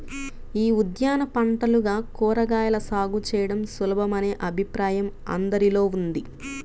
యీ ఉద్యాన పంటలుగా కూరగాయల సాగు చేయడం సులభమనే అభిప్రాయం అందరిలో ఉంది